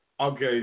Okay